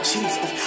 Jesus